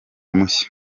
mushya